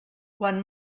quan